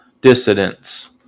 dissidents